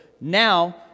now